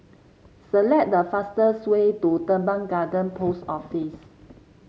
select the fastest way to Teban Garden Post Office